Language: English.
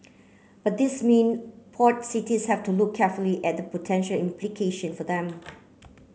but these mean port cities have to look carefully at the potential implication for them